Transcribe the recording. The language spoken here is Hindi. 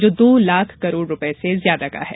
जो दो लाख करोड़ रुपये से ज्यादा का है